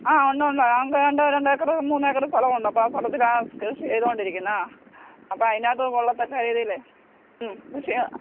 ആ ഉണ്ടുണ്ട് നമുക്ക് രണ്ട് രണ്ട് ഏക്കറ് മൂന്ന് ഏക്കറ് സ്ഥലമുണ്ട് അപ്പോൾ ആ സ്ഥലത്തിലാണ് കൃഷി ചെയതോണ്ടിരിക്കുന്നത് ആ അപ്പോൾ അതിനകത്ത് കൊള്ളത്തക്ക രീതിയിൽ കൃഷിയെ